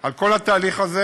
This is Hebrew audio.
על כל התהליך הזה,